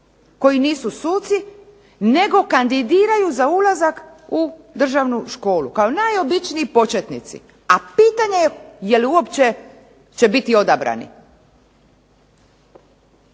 koji nisu suci nego kandidiraju za ulazak u Državnu školu kao najobičniji početnici, a pitanje je li uopće će biti odabrani?